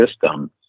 system